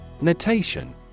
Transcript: Notation